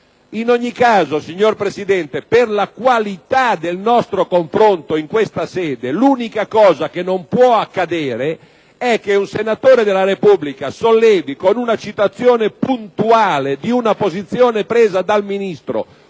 In ogni caso, signor Presidente, per la qualità del nostro confronto in questa sede, non può certo accadere che un senatore della Repubblica sollevi un problema, citando puntualmente una posizione presa dal Ministro,